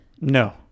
No